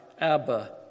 Abba